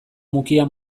mukia